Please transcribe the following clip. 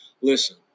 Listen